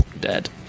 dead